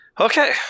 Okay